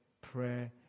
prayer